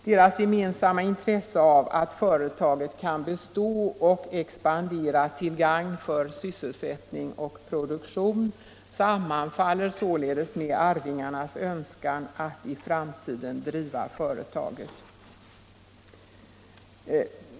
Deras gemensamma intresse av att företaget kan bestå och expandera till gagn för sysselsättning och produktion sammanfaller således med arvingarnas önskan att i framtiden driva företaget.